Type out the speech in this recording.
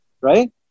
right